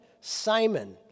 Simon